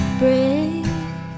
break